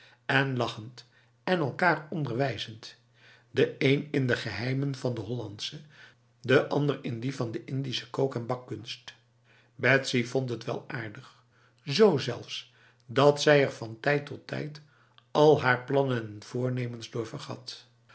en lachend en elkaar onderwijzend de een in de geheimen van de hollandse de ander in die van de indische kook en bakkunst betsy vond het wel aardig z zelfs dat zij er van tijd tot tijd al haar plannen en voornemens door